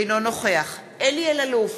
אינו נוכח אלי אלאלוף,